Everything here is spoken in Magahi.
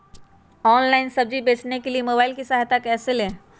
ऑनलाइन सब्जी बेचने के लिए मोबाईल की सहायता कैसे ले?